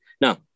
Now